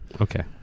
Okay